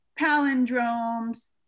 palindromes